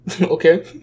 Okay